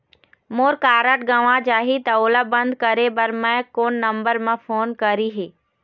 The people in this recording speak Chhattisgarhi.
मोर कारड गंवा जाही त ओला बंद करें बर मैं कोन नंबर म फोन करिह?